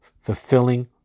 fulfilling